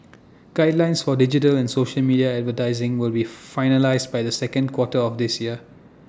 guidelines for digital and social media advertising will be finalised by the second quarter of this year